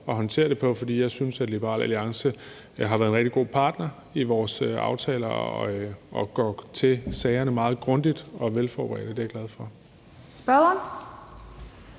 at håndtere det på. For jeg synes, at Liberal Alliance har været en rigtig god partner i vores aftaler, og går til sagerne meget grundigt og velforberedt. Det er jeg glad for.